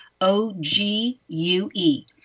O-G-U-E